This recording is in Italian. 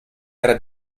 era